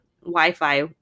Wi-Fi